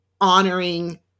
honoring